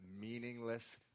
meaningless